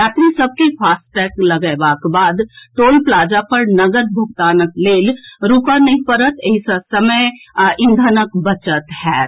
यात्री सभ के फास्टैग लगएबाक बाद टोल प्लाजा पर नकद भोगतानक लेल रूकऽ नहि पड़त एहि सँ समय आ ईंधनक बचत होएत